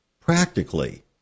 practically